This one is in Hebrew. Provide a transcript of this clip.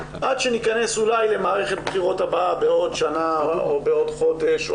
עד שניכנס אולי למערכת בחירות הבאה בעוד שנה או בעוד חודש,